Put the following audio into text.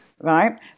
right